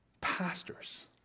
Pastors